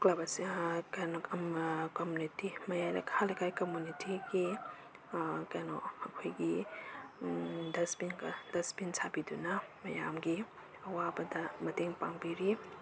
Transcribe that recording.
club ꯑꯁꯤ community ꯃꯌꯥꯏ ꯃꯈꯥ ꯂꯩꯀꯥꯏ ꯀꯝꯃꯨꯅꯤꯇꯤꯒꯤ ꯀꯩꯅꯣ ꯑꯩꯈꯣꯏꯒꯤ ꯗꯁꯕꯤꯟ ꯁꯥꯕꯤꯗꯨꯅ ꯃꯌꯥꯝꯒꯤ ꯑꯋꯥꯕꯗ ꯃꯇꯦꯡ ꯄꯥꯡꯕꯤꯔꯤ